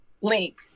link